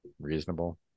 reasonable